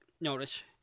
notice